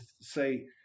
say